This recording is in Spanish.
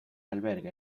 alberga